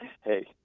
Hey